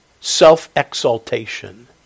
Self-exaltation